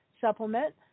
supplement